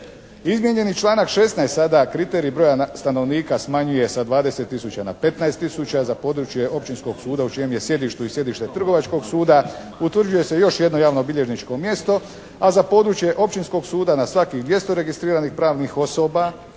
Izmijenjeni članak 16. sada kriterij broja stanovnika smanjuje se sa 20 tisuća na 15 tisuća za područje općinskog suda u čijem je sjedištu i sjedište trgovačkog suda, utvrđuje se još jedno javnobilježničko mjesto. A za područje općinskog suda na svakih 200 registriranih pravnih osoba